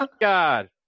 God